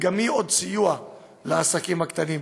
וגם זה סיוע לעסקים הקטנים.